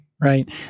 right